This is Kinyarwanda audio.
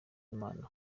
imana